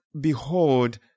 behold